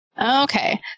Okay